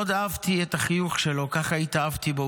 מאוד אהבתי את החיוך שלו, ככה התאהבתי בו.